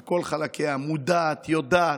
על כל חלקיה, מודעת, יודעת,